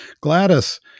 Gladys